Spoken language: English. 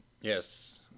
Yes